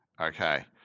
Okay